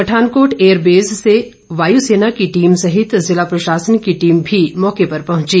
Pathankot airbase से वायू सेना की टीम सहित जिला प्रशासन की टीम भी मौके पर पहंची